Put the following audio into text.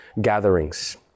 gatherings